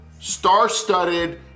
star-studded